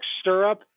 Stirrup